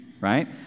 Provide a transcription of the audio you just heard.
right